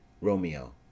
Romeo